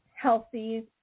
healthy